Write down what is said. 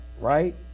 right